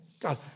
God